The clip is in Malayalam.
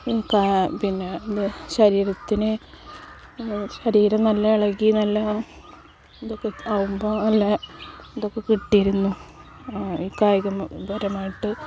പിന്നെ ഇത് ശരീരത്തിന് ശരീരം നല്ല ഇളകി നല്ല ഇതൊക്കെ ആവുമ്പോൾ നല്ല ഇതൊക്കെ കിട്ടിയിരുന്നു കായിക പരമായിട്ട്